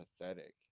pathetic